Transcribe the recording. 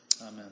Amen